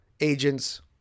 agents